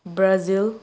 Brazil